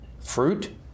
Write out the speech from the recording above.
fruit